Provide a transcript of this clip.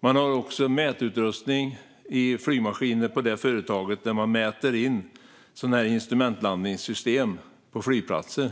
Företaget har också en mätutrustning i flygmaskiner som mäter in instrumentlandningssystem på flygplatser.